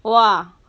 !wah!